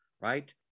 right